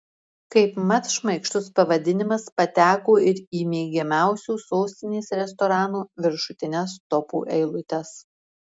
kaip mat šmaikštus pavadinimas pateko ir į mėgiamiausių sostinės restoranų viršutines topų eilutes